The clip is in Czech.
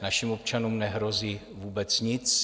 Našim občanům nehrozí vůbec nic.